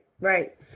right